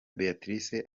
béatrice